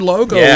Logo